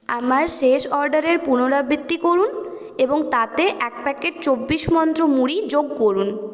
আমার শেষ অর্ডারের পুনরাবৃত্তি করুন এবং তাতে এক প্যাকেট চব্বিশ মন্ত্র মুড়ি যোগ করুন